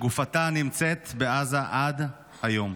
גופתה נמצאת בעזה עד היום.